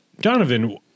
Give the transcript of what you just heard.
Donovan